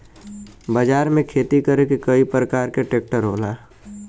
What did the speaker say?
बाजार में खेती करे के कई परकार के ट्रेक्टर होला